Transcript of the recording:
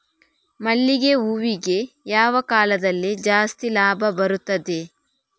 ಮಲ್ಲಿಗೆ ಹೂವಿಗೆ ಯಾವ ಕಾಲದಲ್ಲಿ ಜಾಸ್ತಿ ಲಾಭ ಬರುತ್ತದೆ?